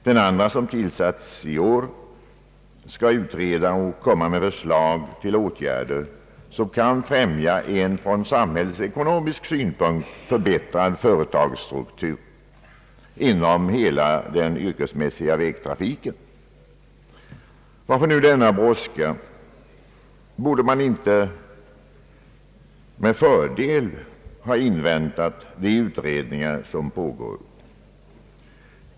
Den andra, som tillsatts i år, skall lägga fram förslag till åtgärder för att främja en ur samhällsekonomisk synpunkt bättre företagsstruktur inom hela den yrkesmässiga vägtrafiken. Varför nu denna brådska? Kunde man inte med fördel ha inväntat resultaten av de utredningar som pågår?